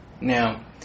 Now